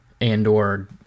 Andor